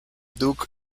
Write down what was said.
duke